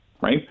Right